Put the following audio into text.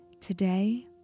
Today